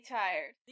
tired